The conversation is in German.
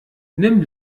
nimm